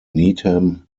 needham